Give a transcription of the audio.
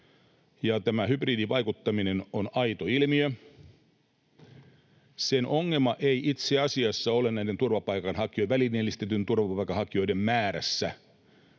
Tämä hybridivaikuttaminen on aito ilmiö. Sen ongelma ei itse asiassa ole näiden välineellistettyjen turvapaikanhakijoiden määrässä,